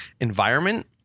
environment